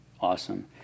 Awesome